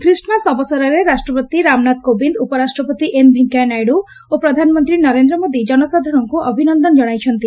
Christmas ଅବସରେ ରାଷ୍ଟ୍ରପତି ରାମନାଥ କୋବିନ୍ଦ ଉପରାଷ୍ଟ୍ରପତି ଏମ୍ ଭେଙ୍କେୟା ନାଇଡୁ ଓ ପ୍ରଧାନମନ୍ତୀ ନରେନ୍ର ମୋଦି ଜନସାଧାରଶଙ୍କୁ ଅଭିନନନ ଜଣାଇଛନ୍ତି